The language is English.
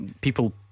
People